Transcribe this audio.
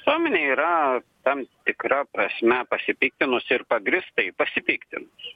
visuomenė yra tam tikra prasme pasipiktinusi ir pagrįstai pasipiktinus